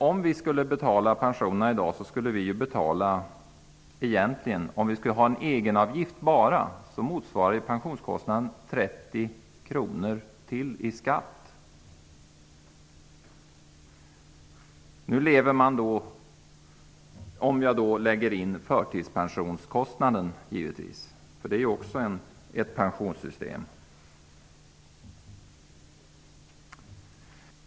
Om vi skulle betala pensionerna i dag endast genom egenavgifter skulle det motsvara ytterligare 30 kr i skatt, om man räknar in kostnaden för förtidspensionerna. Förtidspensionerna är ju också ett pensionssystem.